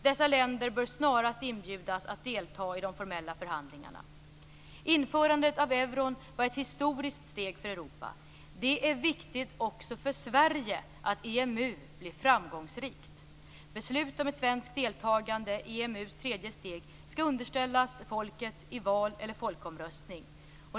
Dessa länder bör snarast inbjudas att delta i de formella förhandlingarna. Införandet av euron var ett historiskt steg för Europa. Det är viktigt också för Sverige att EMU blir framgångsrikt. Beslut om ett svenskt deltagande i EMU:s tredje steg skall underställas folket i val eller folkomröstning.